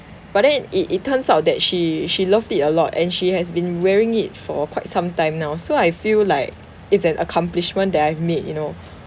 but then it it turns out that she she loved it a lot and she has been wearing it for quite some time now so I feel like it's an accomplishment that I've made you know